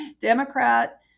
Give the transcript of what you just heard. Democrat